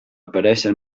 aparèixer